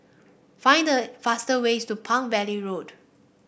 find the faster ways to Palm Valley Road